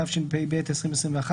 התשפ״ב-21ס2,